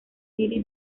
city